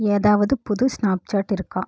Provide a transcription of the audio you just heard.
ஏதாவது புது ஸ்னாப்சாட் இருக்கா